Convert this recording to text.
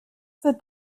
zur